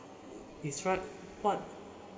is right what